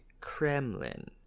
Kremlin